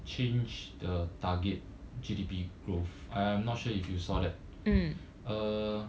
change the target G_D_P growth I'm not sure if you saw that uh